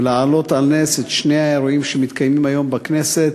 ולהעלות על נס את שני האירועים שמתקיימים היום בכנסת,